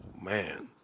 Man